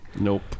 Nope